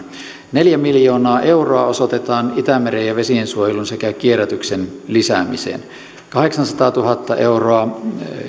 neljä miljoonaa euroa osoitetaan itämeren ja vesien suojelun sekä kierrätyksen lisäämiseen kahdeksansataatuhatta euroa